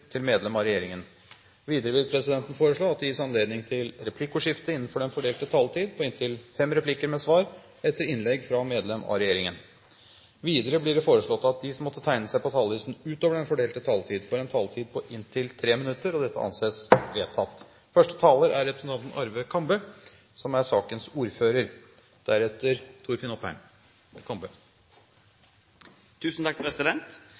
medlem av regjeringen. Videre vil presidenten foreslå at det gis anledning til replikkordskifte på inntil fem replikker med svar etter innlegg fra medlem av regjeringen innenfor den fordelte taletid. Videre blir det foreslått at de som måtte tegne seg på talerlisten utover den fordelte taletid, får en taletid på inntil 3 minutter. – Det anses vedtatt. Innføring av politiattest for ansatte i VTA-bedrifter, som omfatter saker der personer er tiltalt, har vedtatt forelegg eller er